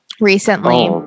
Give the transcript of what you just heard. recently